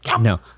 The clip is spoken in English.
No